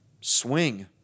Swing